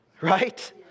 Right